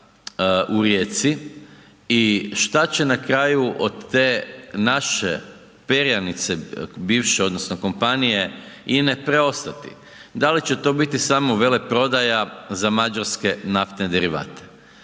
u Rijeci i šta će na kraju od te naše perjanice bivše, odnosno kompanije INA-e preostati, da li će to biti samo veleprodaja za mađarske naftne derivate.